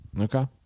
Okay